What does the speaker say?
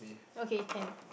okay can